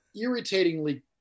irritatingly